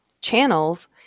channels